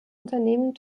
unternehmen